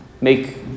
make